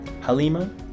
Halima